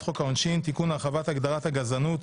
חוק העונשין (תיקון - הרחבת הגדרת הגזענות),